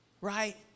right